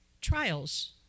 trials